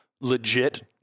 legit